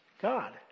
God